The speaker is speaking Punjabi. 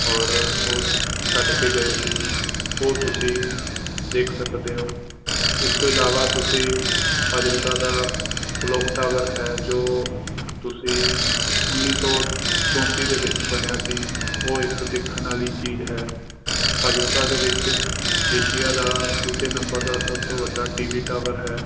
ਔਰ ਉਹ ਛੱਡ ਕੇ ਗਏ ਸੀ ਉਹ ਤੁਸੀਂ ਦੇਖ ਸਕਦੇ ਹੋ ਇਸ ਤੋਂ ਇਲਾਵਾ ਤੁਸੀਂ ਫਾਜ਼ਿਲਕਾ ਦਾ ਕਲੋਕ ਟਾਵਰ ਹੈ ਜੋ ਤੁਸੀਂ ਉੱਨੀ ਸੌ ਚੌਂਤੀ ਦੇ ਵਿੱਚ ਬਣਿਆ ਸੀ ਉਹ ਇੱਕ ਦੇਖਣ ਵਾਲੀ ਚੀਜ਼ ਹੈ ਫਾਜ਼ਿਲਕਾ ਦੇ ਵਿੱਚ ਏਸ਼ੀਆ ਦਾ ਦੂਜੇ ਨੰਬਰ ਦਾ ਸਭ ਤੋਂ ਵੱਡਾ ਟੀਵੀ ਟਾਵਰ ਹੈ